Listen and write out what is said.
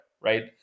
right